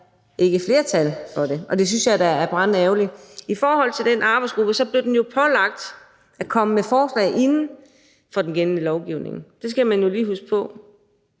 der ikke er flertal for det, og det synes jeg da er brandærgerligt. I forhold til den arbejdsgruppe vil jeg sige, at den jo blev pålagt at komme med forslag inden for den gældende lovgivning. Det skal man jo lige huske på.